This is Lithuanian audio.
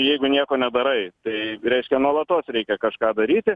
jeigu nieko nedarai tai reiškia nuolatos reikia kažką daryti